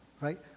right